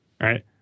right